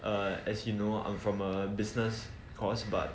uh as you know I am from a business course but